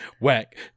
whack